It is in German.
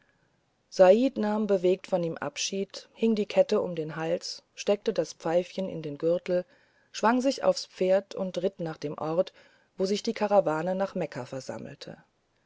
said nahm bewegt von ihm abschied hing die kette um den hals steckte das pfeifchen in den gürtel schwang sich aufs pferd und ritt nach dem ort wo sich die karawane nach mekka versammelte